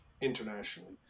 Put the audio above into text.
internationally